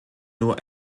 nur